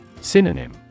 Synonym